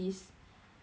then after that